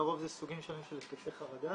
לרוב זה סוגים שונים של התקפי חרדה